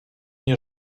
nie